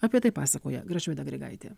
apie tai pasakoja gražvyda grigaitė